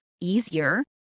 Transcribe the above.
easier